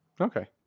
Okay